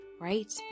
right